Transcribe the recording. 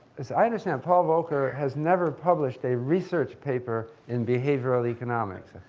as i understand, paul volcker has never published a research paper in behavioral economics.